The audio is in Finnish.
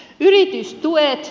yritystuet